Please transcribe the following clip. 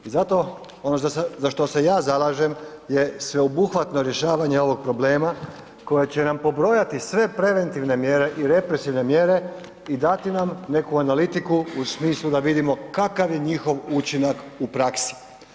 Zato ono za što se ja zalažem je sveobuhvatno rješavanje ovog problema koja će nam pobrojati sve preventivne mjere i represivne mjere i dati nam neku analitiku u smislu da vidimo kakav je njihov učinak u praksi.